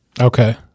Okay